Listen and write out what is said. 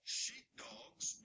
sheepdogs